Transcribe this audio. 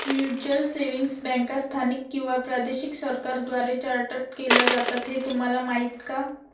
Mutual savings बँका स्थानिक किंवा प्रादेशिक सरकारांद्वारे चार्टर्ड केल्या जातात हे तुम्हाला माहीत का?